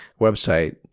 website